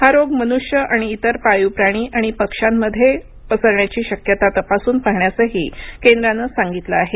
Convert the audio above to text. हा रोग मनुष्य आणि इतर पाळीव प्राणी आणि पक्षांमध्ये हा रोग पसरण्याची शक्यता तपासून पाहण्यासही केंद्रानं सांगितलं आहे